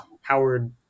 Howard